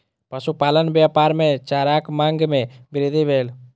पशुपालन व्यापार मे चाराक मांग मे वृद्धि भेल